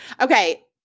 Okay